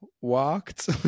walked